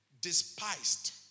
despised